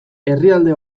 herrialde